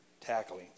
tackling